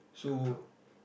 true